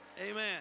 Amen